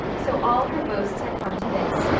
so all her boasts had come to this.